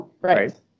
Right